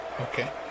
Okay